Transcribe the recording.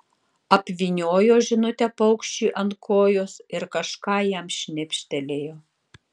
apvyniojo žinutę paukščiui ant kojos ir kažką jam šnibžtelėjo